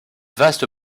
vaste